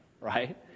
right